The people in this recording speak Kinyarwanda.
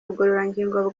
ubugororangingo